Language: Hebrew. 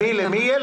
למי יהיה?